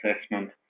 assessment